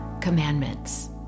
commandments